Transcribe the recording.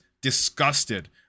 disgusted